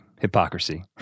Hypocrisy